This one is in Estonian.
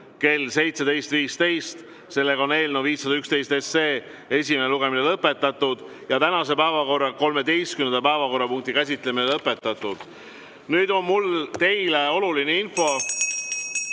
Nüüd on mul teile oluline info.